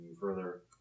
further